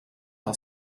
our